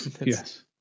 Yes